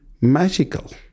magical